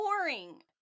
boring